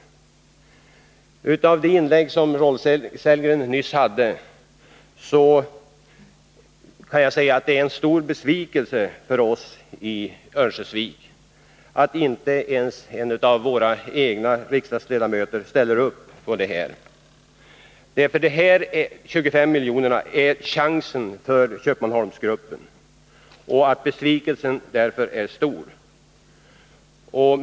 Efter det inlägg i debatten som Rolf Sellgren nyss gjorde kan jag säga att det är en stor besvikelse för oss i Örnsköldsvik att inte ens en av våra egna riksdagsledamöter ställer upp på detta förslag. De 25 miljonerna är chansen för Köpmanholmsgruppen, och besvikelsen blir därför stor om utskottets förslag vinner.